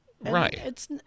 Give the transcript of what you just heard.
Right